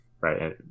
right